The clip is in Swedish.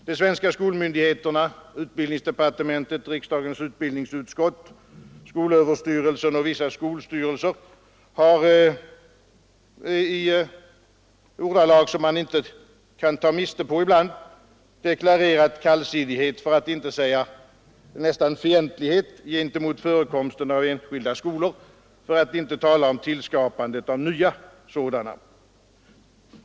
De svenska skolmyndigheterna, utbildningsdepartementet, riksdagens utbildningsutskott, skolöverstyrelsen och vissa skolstyrelser har i ordalag som man ibland inte kunnat ta miste på deklarerat kallsinnighet, för att inte säga nästan fientlighet gentemot förekomsten av enskilda skolor och i synnerhet gentemot tillskapandet av nya sådana.